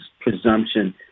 presumption